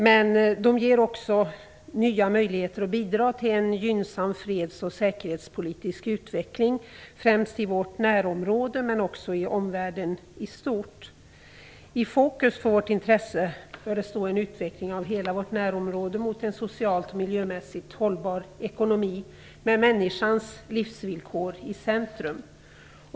De ger också nya möjligheter att bidra till en gynnsam freds och säkerhetspolitisk utveckling, främst i vårt närområde men också i omvärlden i stort. I fokus för vårt intresse bör stå en utveckling av hela vårt närområde mot en socialt och miljömässigt hållbar ekonomi med människans livsvillkor i centrum.